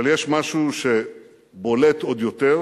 אבל יש משהו שבולט עוד יותר,